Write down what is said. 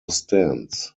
stands